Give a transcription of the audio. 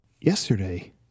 Yesterday